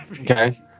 Okay